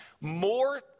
more